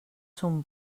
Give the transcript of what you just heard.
son